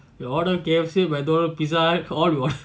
we order K_F_C mcdonald pizza hut all you want